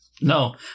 no